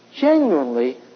genuinely